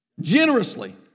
generously